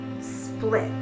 split